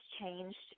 changed